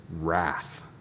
wrath